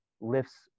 lifts